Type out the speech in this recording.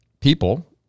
people